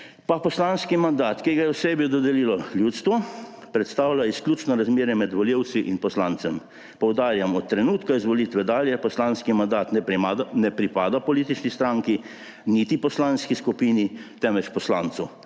poslanski mandat, ki ga je osebi dodelilo ljudstvo, predstavlja izključno razmerje med volivci in poslancem. Poudarjam, od trenutka izvolitve dalje poslanski mandat ne pripada politični stranki niti poslanski skupini, temveč poslancu.